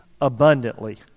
abundantly